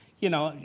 you know.